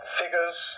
figures